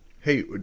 Hey